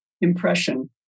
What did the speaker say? impression